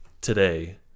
today